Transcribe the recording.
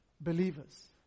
believers